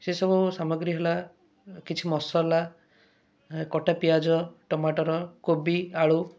ସେସବୁ ସାମଗ୍ରୀ ହେଲା କିଛି ମସଲା କଟା ପିଆଜ ଟମାଟର କୋବି ଆଳୁ